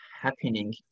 happening